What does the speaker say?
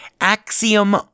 Axiom